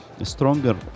Stronger